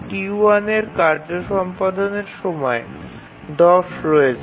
T1 এর কার্য সম্পাদনের সময় ১০ রয়েছে